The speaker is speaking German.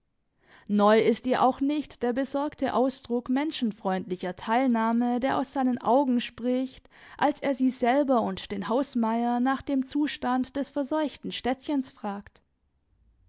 neu ist ihr auch nicht der besorgte ausdruck menschenfreundlicher teilnahme der aus seinen augen spricht als er sie selber und den hausmeier nach dem zustand des verseuchten städtchens fragt